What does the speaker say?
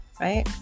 right